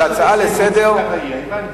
השר אומר, מה שהמציעים רוצים.